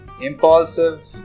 impulsive